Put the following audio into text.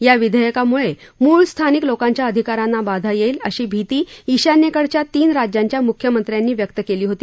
या विधेयकामुळे मूळ स्थानिक लोकांच्या अधिकारांना बाधा येईल अशी भिती ईशान्येकडच्या तीन राज्यांच्या मुख्यमंत्र्यांनी व्यक्त केली होती